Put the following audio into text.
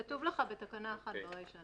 כתוב לך בתקנה 1 ברישה.